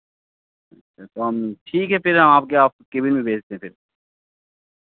तो हम ठीक है फिर हम आपके ऑफि केबिन में भेजते हैं फिर